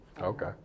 Okay